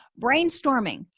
brainstorming